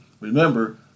Remember